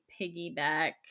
piggyback